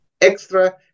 extra